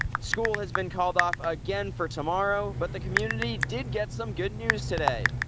school has been called off again for tomorrow but the community did get some good news today.